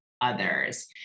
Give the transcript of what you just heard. others